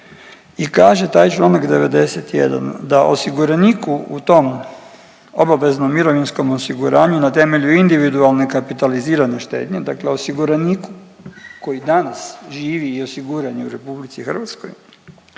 i kaže taj čl. 91. da osiguraniku u tom obaveznom mirovinskom osiguranju na temelju individualne kapitalizirane štednje dakle osiguraniku koji danas živi i osiguran je u RH i koji